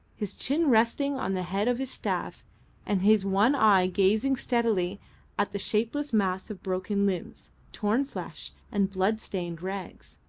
his chin resting on the head of his staff and his one eye gazing steadily at the shapeless mass of broken limbs, torn flesh, and bloodstained rags.